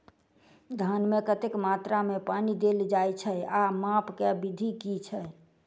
धान मे कतेक मात्रा मे पानि देल जाएँ छैय आ माप केँ विधि केँ छैय?